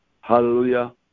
Hallelujah